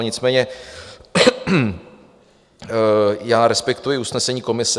Nicméně já respektuji usnesení komise.